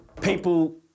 People